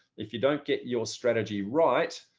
if you don't get your strategy right,